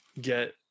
get